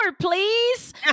please